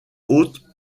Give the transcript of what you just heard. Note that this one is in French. haute